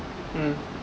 mm